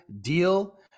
deal